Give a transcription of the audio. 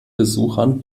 besuchern